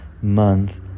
month